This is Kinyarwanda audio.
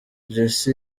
jesse